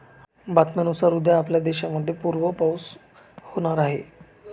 बातम्यांनुसार उद्या आपल्या देशामध्ये खूप पाऊस होणार आहे